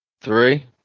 Three